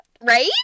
right